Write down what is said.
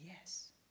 yes